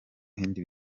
bindi